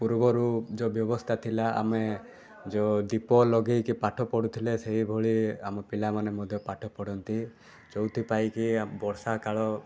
ପୂର୍ବରୁ ଯେଉଁ ବ୍ୟବସ୍ଥା ଥିଲା ଆମେ ଯେଉଁ ଦୀପ ଲଗେଇକି ପାଠ ପଢ଼ୁଥିଲେ ସେହିଭଳି ଆମ ପିଲାମାନେ ମଧ୍ୟ ପାଠ ପଢ଼ନ୍ତି ଯେଉଁଥିପାଇଁକି ଆମ ବର୍ଷା କାଳ